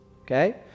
okay